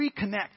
reconnect